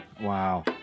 Wow